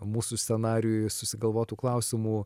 mūsų scenarijuj susigalvotų klausimų